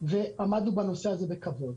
ועמדנו בנושא הזה בכבוד.